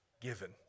given